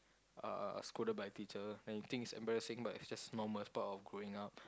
uh scolded by teacher and if you think is embarrassing but is just normal it's part of growing up